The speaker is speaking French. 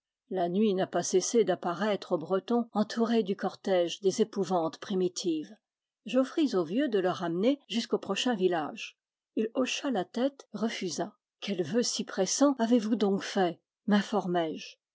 la nuit n'a pas cessé d'apparaître aux bretons entourée du cortège des épouvantes primitives j'offris au vieux de le ramener jusqu'au prochain village il hocha la tête refusa quel vœu si pressant avez-vous donc fait m'infor